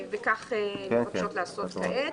וכך הן מבקשות לעשות כעת.